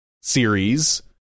series